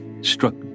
struck